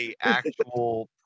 actual